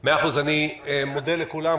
אני מודה לכולם.